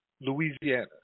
Louisiana